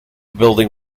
building